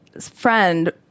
friend